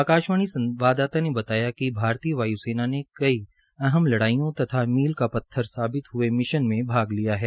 आकाशवाणी संवाददात ने बताया कि वाय् सेना ने कई अहम लडाईयों तथा मील का पत्थर साबित हये मिशन में भाग लिया है